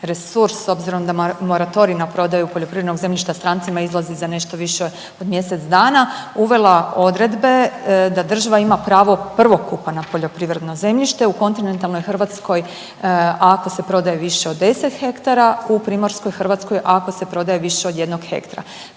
resurs s obzirom da moratorij na prodaju poljoprivrednog zemljišta strancima izlazi za nešto više od mjesec dana, uvela odredbe da država ima pravo prvokupa na poljoprivredno zemljište u Kontinentalnoj Hrvatskoj ako se prodaje više od 10 hektara, u Primorskoj Hrvatskoj ako se prodaje više od jednog hektra.